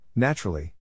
Naturally